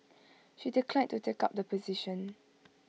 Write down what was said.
she declined to take up the position